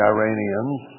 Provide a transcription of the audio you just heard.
Iranians